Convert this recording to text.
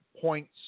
points